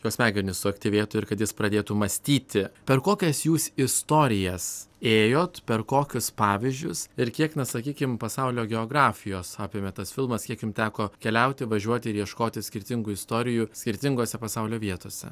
jo smegenys suaktyvėtų ir kad jis pradėtų mąstyti per kokias jūs istorijas ėjot per kokius pavyzdžius ir kiek na sakykim pasaulio geografijos apėmė tas filmas kiek jum teko keliauti važiuoti ir ieškoti skirtingų istorijų skirtingose pasaulio vietose